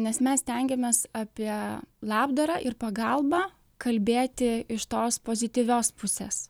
nes mes stengiamės apie labdarą ir pagalbą kalbėti iš tos pozityvios pusės